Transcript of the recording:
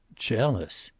jealous!